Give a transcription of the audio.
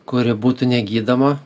kuri būtų negydoma